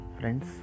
friends